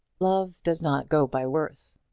love does not go by worth.